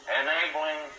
enabling